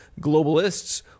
globalists